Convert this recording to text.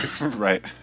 Right